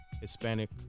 Hispanic